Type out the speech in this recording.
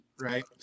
right